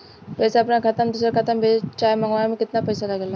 पैसा अपना खाता से दोसरा खाता मे भेजे चाहे मंगवावे में केतना पैसा लागेला?